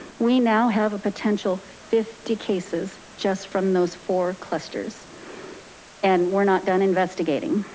we now have a potential fifty cases just from those four clusters and we're not done investigating.